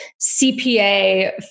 CPA